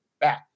back